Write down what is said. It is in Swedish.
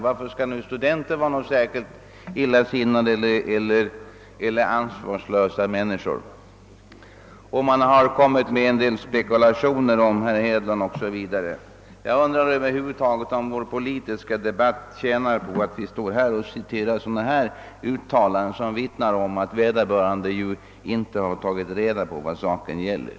Varför skulle studenter vara särskilt illasinnade eller ansvarslösa människor? Man har fört fram en del spekulationer om herr Hedlund o. s. v. Jag undrar över huvud taget om vår politiska debatt tjänar på att vi citerar uttalanden, som vittnar om att vederbörande inte tagit reda på vad saken gäller.